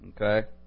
Okay